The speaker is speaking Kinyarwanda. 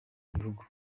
gihugu